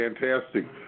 fantastic